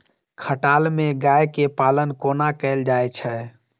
खटाल मे गाय केँ पालन कोना कैल जाय छै?